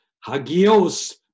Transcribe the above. hagios